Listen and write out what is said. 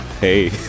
Hey